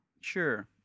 sure